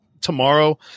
tomorrow